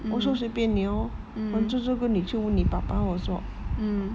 我说随便你 lor 换住这个你去问你爸爸我说